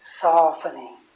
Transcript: softening